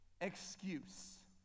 excuse